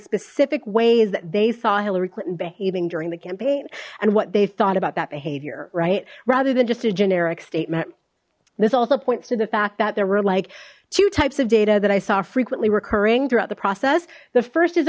specific ways that they saw hillary clinton behaving during the campaign and what they thought about that behavior right rather than just a generic statement this also points to the fact that there were like two types of data that i saw frequently recurring throughout the process the first is